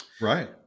Right